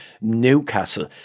Newcastle